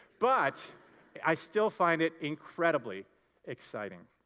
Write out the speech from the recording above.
but i still find it incredibly exciting.